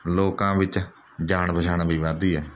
ਲੋਕਾਂ ਵਿੱਚ ਜਾਣ ਪਛਾਣ ਵੀ ਵੱਧਦੀ ਹੈ